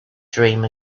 dream